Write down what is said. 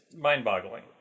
mind-boggling